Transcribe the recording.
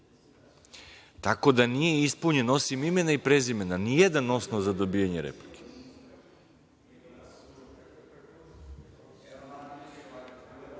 da, nije ispunjen, osim imena i prezimena, ni jedan osnov za dobijanje replike.